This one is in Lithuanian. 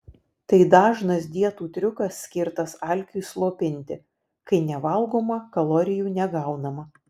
tai dažnas dietų triukas skirtas alkiui slopinti kai nevalgoma kalorijų negaunama